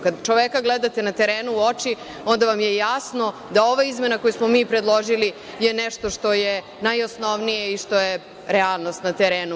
Kada čoveka gledate na terenu u oči, onda vam je jasno da ova izmena koju smo mi predložili je nešto što je najosnovnije i što je realnost na terenu.